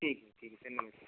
ठीक है ठीक है